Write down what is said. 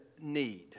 need